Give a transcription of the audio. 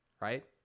right